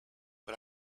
but